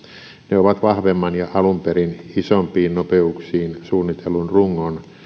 ne ovat vahvemman ja alun perin isompiin nopeuksiin suunnitellun rungon